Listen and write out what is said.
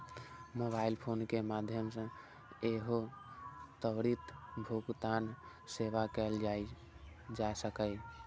mobile phone के माध्यम सं सेहो त्वरित भुगतान सेवा कैल जा सकैए